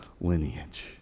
lineage